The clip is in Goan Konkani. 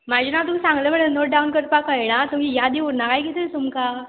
म्हाजे नांव तुमी सांगलें मरे नोट डावन करपाक कळना तुमी यादी उरना काय कितें तुमकां